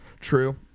True